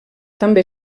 també